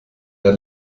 der